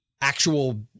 actual –